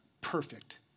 perfect